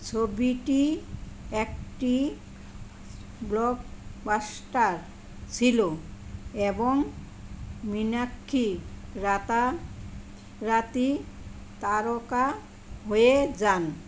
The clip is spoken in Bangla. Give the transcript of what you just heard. ছবিটি একটি ব্লকবাস্টার ছিল এবং মীনাক্ষী রাতারাতি তারকা হয়ে যান